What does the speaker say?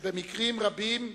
שבמקרים רבים,